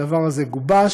שהדבר הזה גובש,